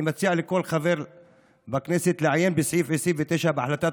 אני מציע לכל חבר לעיין בסעיף 29 בהחלטת